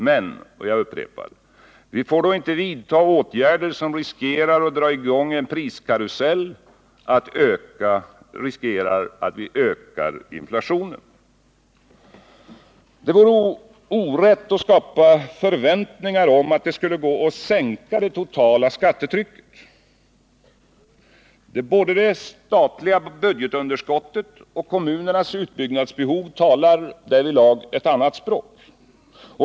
Men —-jag upprepar det — vi får då inte vidta åtgärder som tenderar att dra i gång en priskarusell och som riskerar att öka inflationen. Det vore orätt att skapa förväntningar om att det skulle gå att sänka det totala skattetrycket. Både det statliga budgetunderskottet och kommunernas utbyggnadsbehov talar därvidlag ett annat språk.